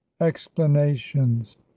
explanations